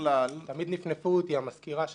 תמיד נפנפה אותי המזכירה שם.